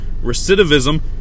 Recidivism